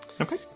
Okay